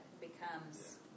becomes